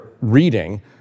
reading